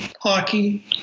hockey